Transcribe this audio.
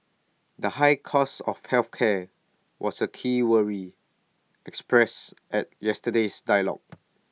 the high cost of health care was A key worry expressed at yesterday's dialogue